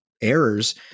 errors